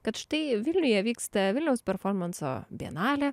kad štai vilniuje vyksta vilniaus performanso vienalė